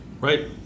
Right